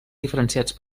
diferenciats